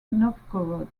novgorod